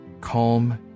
calm